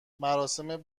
مراسم